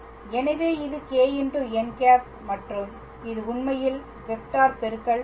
எனவே இது κn̂ மற்றும் இது உண்மையில் வெக்டார் பெருக்கல் அல்ல